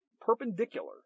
perpendicular